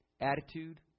Attitude